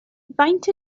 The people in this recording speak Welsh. faint